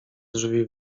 drzwi